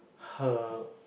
her